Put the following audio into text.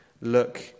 look